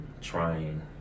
trying